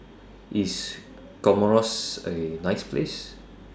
IS Comoros A nice Place